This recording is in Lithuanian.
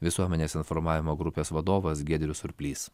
visuomenės informavimo grupės vadovas giedrius surplys